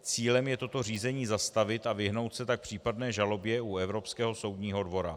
Cílem je toto řízení zastavit a vyhnout se tak případné žalobě u Evropského soudního dvora.